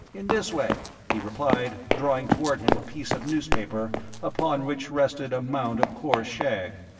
in this way, he replied, drawing toward him a piece of newspaper upon which rested a mound of coarse shag.